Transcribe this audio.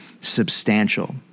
substantial